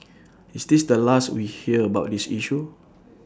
is this the last we'd hear about this issue